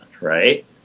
right